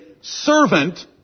servant